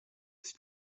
sie